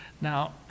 Now